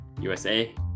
USA